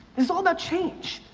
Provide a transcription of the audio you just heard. is all about change.